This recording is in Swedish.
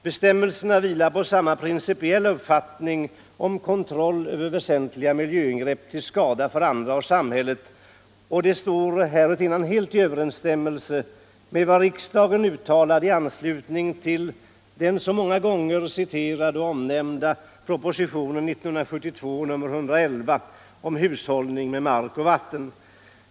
Bestämmelserna vilar på samma principiella uppfattning om kontroll av väsentliga miljöingrepp till skada för andra och samhället, och de står härutinnan helt i överensstämmelse med vad riksdagen uttalade i anslutning till den så många gånger citerade och omnämnda propositionen 1972:111 om hushållning med mark och vatten.